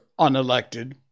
unelected